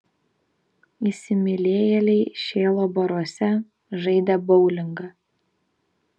įsimylėjėliai šėlo baruose žaidė boulingą